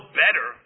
better